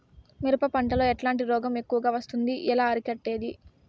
మిరప పంట లో ఎట్లాంటి రోగం ఎక్కువగా వస్తుంది? ఎలా అరికట్టేది?